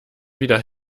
wieder